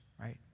Right